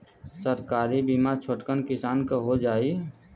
सरकारी बीमा छोटकन किसान क हो जाई?